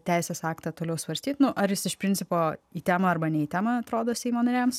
teisės aktą toliau svarstyti ar jis iš principo į temą arba ne į temą atrodo seimo nariams